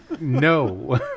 No